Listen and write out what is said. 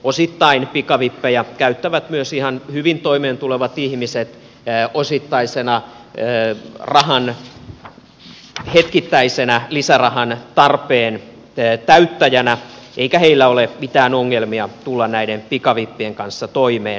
osittain pikavippejä käyttävät myös ihan hyvin toimeentulevat ihmiset hetkittäisenä lisärahan tarpeen täyttäjänä eikä heillä ole mitään ongelmia tulla näiden pikavippien kanssa toimeen